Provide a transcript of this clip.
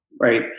right